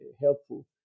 helpful